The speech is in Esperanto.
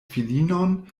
filinon